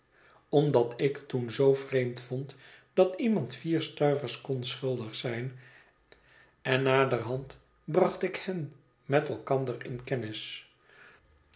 omdat ik toen zoo vreemd vond dat iemand vier stuivers kon schuldig zijn en naderhand bracht ik hen met elkander in kennis